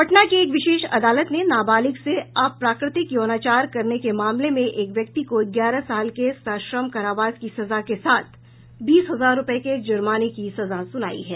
पटना की एक विशेष अदालत ने नाबालिग से अप्राकृतिक यौनाचार करने के मामले में एक व्यक्ति को ग्यारह साल के सश्रम कारावास की सजा के साथ बीस हजार रुपये के जुर्माने की सजा सुनायी है